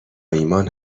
ایمان